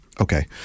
Okay